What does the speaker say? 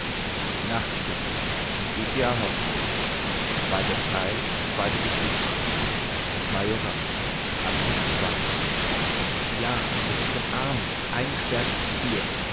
ja es ist ein armes eingesperrtes tier